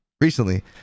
recently